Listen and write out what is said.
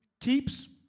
keeps